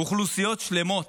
אוכלוסיות שלמות,